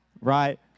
right